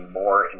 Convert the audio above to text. more